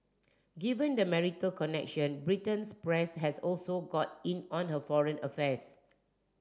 given the marital connection Britain's press has also got in on her foreign affairs